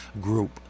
group